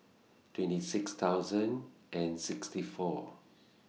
twenty six thousand and sixty four